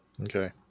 Okay